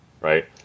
right